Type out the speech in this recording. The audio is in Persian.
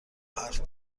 حرف